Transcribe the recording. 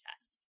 test